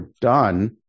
done